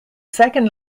second